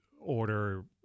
order